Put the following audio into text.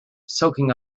soaking